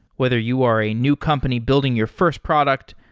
whether you are a new company building your first product,